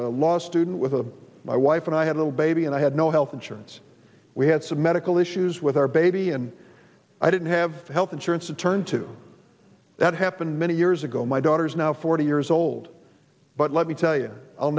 a law student with a my wife and i had a little baby and i had no health insurance we had some medical issues with our baby and i didn't have health insurance to turn to that happened many years ago my daughter's now forty years old but let me tell you i'll